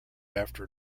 after